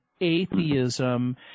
atheism